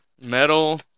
Metal